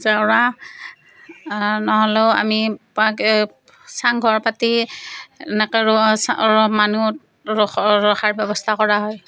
জেওৰা নহ'লেও আমি চাংঘৰ পাতি এনেকৈ ৰ' ৰ' মানুহ ৰখাৰ ৰখাৰ ব্যৱস্থা কৰা হয়